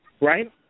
right